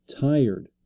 tired